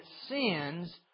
sins